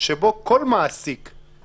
שיגעתם את האזרחים, כל דבר עד מועד אחר.